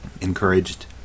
encouraged